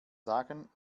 sagen